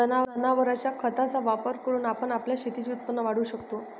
जनावरांच्या खताचा वापर करून आपण आपल्या शेतीचे उत्पन्न वाढवू शकतो